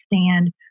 stand